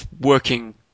working